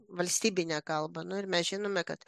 valstybinę kalbą nu ir mes žinome kad